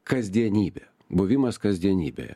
kasdienybė buvimas kasdienybėje